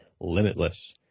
limitless